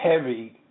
heavy